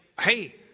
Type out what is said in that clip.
hey